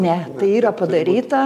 ne tai yra padaryta